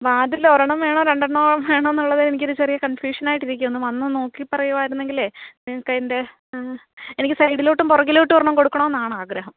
വാതിലൊരെണ്ണം വേണോ രണ്ടെണ്ണം വേണോന്നുള്ളത് എനിക്കൊരു ചെറിയ കൺഫ്യൂഷനായിട്ടിരിക്കുക ഒന്ന് വന്ന് നോക്കി പറയുവായിരുന്നെങ്കിൽ നിങ്ങൾക്കതിൻറ്റെ എനിക്ക് സൈഡിലോട്ടും പുറകിലോട്ടും ഒരെണ്ണം കൊടുക്കണോന്നാണാഗ്രഹം